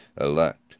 elect